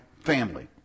family